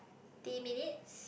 ~ty minutes